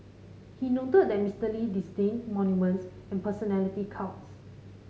he noted that Mister Lee disdained monuments and personality cults